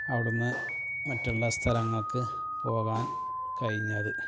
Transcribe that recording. അവിടുന്നു മറ്റുള്ള സ്ഥലങ്ങൾക്ക് പോകാന് കഴിഞ്ഞത്